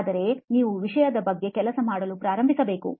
ಆದರೆ ನೀವು ವಿಷಯ ಬಗ್ಗೆ ಕೆಲಸ ಮಾಡಲು ಪ್ರಾರಂಭಿಸಬೇಕು